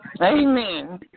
Amen